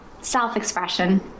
Self-expression